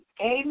Amen